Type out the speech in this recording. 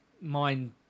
mind